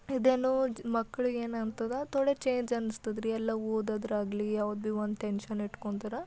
ಇದೇನು ಮಕ್ಳಿಗೆ ಏನಂತದ ತೋಡೆ ಚೇಂಜ್ ಅನ್ನಿಸ್ತದ್ರಿ ಎಲ್ಲವೂ ಓದೋದಾಗ್ಲಿ ಅವ್ರು ಭೀ ಒಂದು ಟೆನ್ಷನ್ ಇಟ್ಕೊಳ್ತಾರೆ